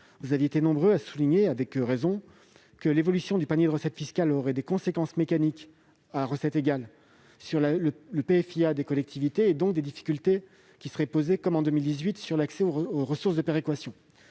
vous avez été nombreux à souligner, avec raison, que l'évolution du panier de recettes fiscales aurait des conséquences mécaniques, à recettes égales, sur le PFIA des collectivités, et que, donc, des difficultés se poseraient, comme en 2018, sur l'accès aux ressources de péréquation.